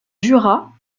jura